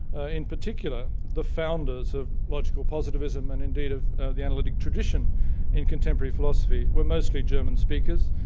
ah in particular the founders of logical positivism and indeed of the analytic tradition in contemporary philosophy were mostly german-speakers,